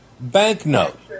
Banknote